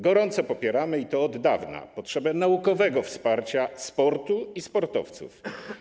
Gorąco popieramy, i to od dawna, potrzebę naukowego wsparcia sportu i sportowców.